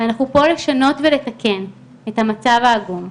אנחנו פה לשנות ולתקן את המצב העגום.